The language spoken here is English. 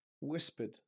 whispered